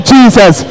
Jesus